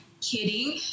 kidding